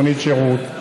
מונית שירות,